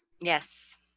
Yes